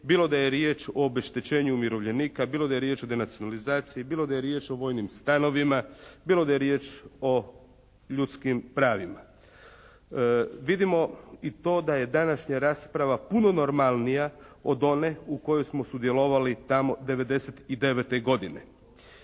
bilo da je riječ o obeštećenju umirovljenika, bilo da je riječ o denacionalizaciji, bilo da je riječ o vojnim stanovima, bilo da je riječ o ljudskim pravima. Vidimo i to da je današnja rasprava puno normalnija od one u kojoj smo sudjelovali tamo '99. godine.